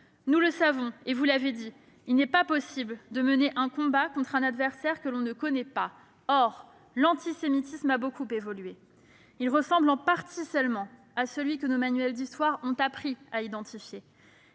Nous le savons, et vous l'avez dit, il n'est pas possible de mener un combat contre un adversaire que l'on ne connaît pas. L'antisémitisme a beaucoup évolué. Il ressemble en partie seulement à celui que nos manuels d'histoire nous ont appris à identifier.